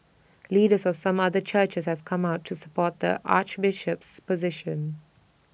leaders of some other churches have come out to support the Archbishop's position